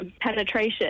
penetration